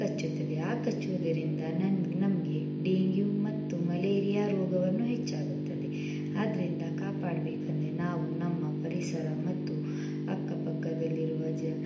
ಕಚ್ಚುತ್ತದೆ ಆ ಕಚ್ಚುವುದರಿಂದ ನನ್ನ ನಮಗೆ ಡೇಂಗ್ಯು ಮತ್ತು ಮಲೇರಿಯ ರೋಗವನ್ನು ಹೆಚ್ಚಾಗುತ್ತದೆ ಆದ್ದರಿಂದ ಕಾಪಾಡಬೇಕಂದ್ರೆ ನಾವು ನಮ್ಮ ಪರಿಸರ ಮತ್ತು ಅಕ್ಕ ಪಕ್ಕದಲ್ಲಿರುವ ಜ